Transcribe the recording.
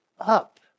up